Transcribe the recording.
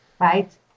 right